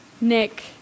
Nick